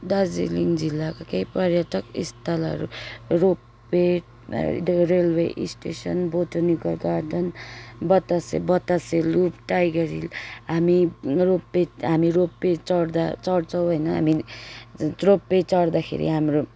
दार्जिलिङ जिल्लाको केही पर्यटक स्थलहरू ropeway railway station botanical garden Batasia Batasia Loop Tiger Hill हामी रोपवे हामी रोपवे चढ्दा चढ्छौँ होइन हामी रोपवे चढ्दाखेरि हाम्रो